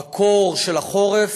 בקור של החורף,